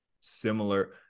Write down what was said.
similar